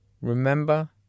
remember